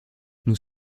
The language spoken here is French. nous